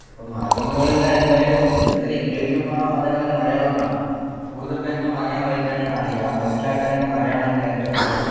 അപ്പോൾ മാധ്യമങ്ങളിൽനിന്ന് എന്തായാലും എല്ലാത്തിലും ഇംഗ്ലീഷും വേണം അതുപോലെ മലയാളവും വേണം കൂടുതൽ പേർക്ക് മലയാളം വായിക്കാനാണ് അറിയുക മനസ്സിലാക്കാനൊക്കെ മലയാളം ആണ് ഏറ്റവും നല്ലത്